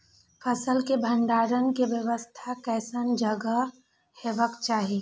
फसल के भंडारण के व्यवस्था केसन जगह हेबाक चाही?